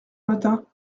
matin